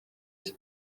cye